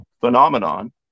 phenomenon